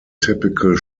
typical